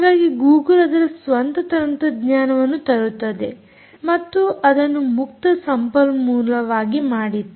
ಹಾಗಾಗಿ ಗೂಗುಲ್ ಅದರ ಸ್ವಂತ ತಂತ್ರಜ್ಞಾನವನ್ನು ತರುತ್ತದೆ ಮತ್ತು ಅದನ್ನು ಮುಕ್ತ ಸಂಪನ್ಮೂಲವಾಗಿ ಮಾಡಿತು